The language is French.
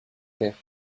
père